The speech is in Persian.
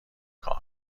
کار